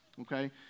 Okay